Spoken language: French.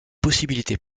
possibilités